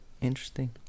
Interesting